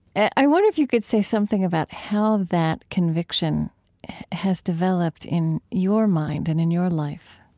i wonder if you could say something about how that conviction has developed in your mind and in your life